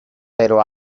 pero